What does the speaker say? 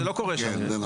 זה לא קורה שם.